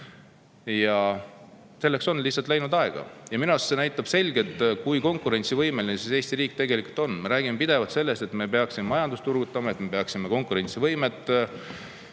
Selleks on läinud [palju] aega. Minu arust näitab see selgelt, kui konkurentsivõimeline Eesti riik tegelikult on. Me räägime pidevalt sellest, et me peaksime majandust turgutama, et me peaksime konkurentsivõimet